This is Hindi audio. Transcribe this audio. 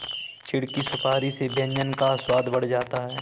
चिढ़ की सुपारी से व्यंजन का स्वाद बढ़ जाता है